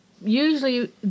Usually